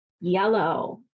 yellow